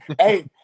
Hey